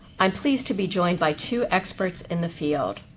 i'm pleased to be joined by two experts in the field,